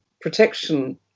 protection